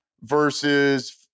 versus